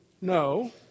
No